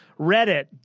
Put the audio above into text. Reddit